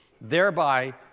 thereby